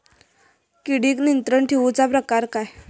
किडिक नियंत्रण ठेवुचा प्रकार काय?